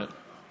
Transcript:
כן.